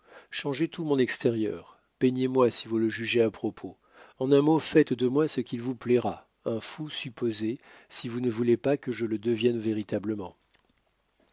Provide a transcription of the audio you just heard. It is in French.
changez tout mon extérieur peignez moi si vous le jugez à propos en un mot faites de moi ce qu'il vous plaira un fou supposé si vous ne voulez pas que je le devienne véritablement